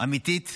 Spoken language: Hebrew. אמיתית